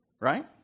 right